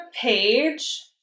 page